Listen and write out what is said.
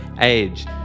age